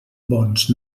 bons